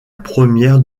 première